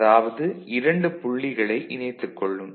அதாவது 2 புள்ளிகளை இணைத்துக் கொள்ளும்